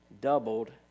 doubled